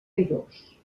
airós